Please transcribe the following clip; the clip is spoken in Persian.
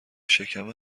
شکم